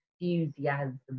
enthusiasm